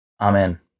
amen